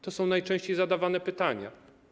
To są najczęściej zadawane pytania.